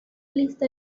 lista